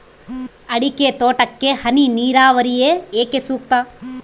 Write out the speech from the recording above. ಅಡಿಕೆ ತೋಟಕ್ಕೆ ಹನಿ ನೇರಾವರಿಯೇ ಏಕೆ ಸೂಕ್ತ?